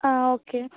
ആ ഓക്കെ